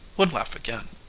would laugh again.